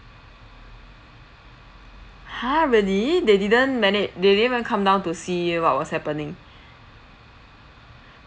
ha really they didn't mana~ they didn't even come down to see what was happening